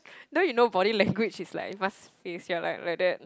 no you know body language is like must face here like like that